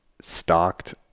stocked